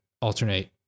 alternate